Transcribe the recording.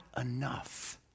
enough